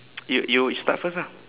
you you you start first ah